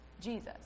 Jesus